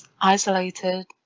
isolated